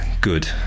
good